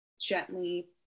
gently